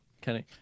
Kenny